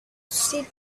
city